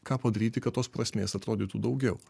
ką padaryti kad tos prasmės atrodytų daugiau